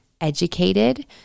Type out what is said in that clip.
Educated